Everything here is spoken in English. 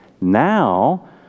Now